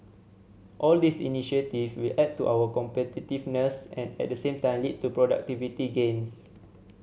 all these initiative will add to our competitiveness and at the same time lead to productivity gains